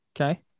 Okay